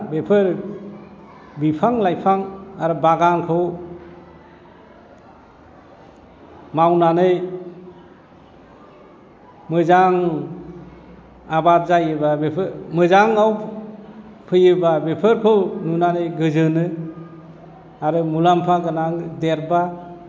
बेफोर बिफां लाइफां आरो बागानखौ मावनानै मोजां आबाद जायोबा बेफोर मोजांआव फैयोबा बेफोरखौ नुनानै गोजोनो आरो मुलाम्फा गोनां देरबा